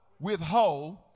Withhold